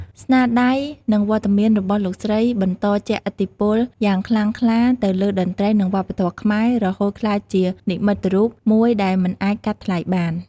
ស្នាដៃ និងវត្តមានរបស់លោកស្រីបន្ត ជះឥទ្ធិពលយ៉ាងខ្លាំងក្លា ទៅលើតន្ត្រី និងវប្បធម៌ខ្មែរ រហូតក្លាយជា និមិត្តរូប មួយដែលមិនអាចកាត់ថ្លៃបាន។